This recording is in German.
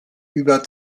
über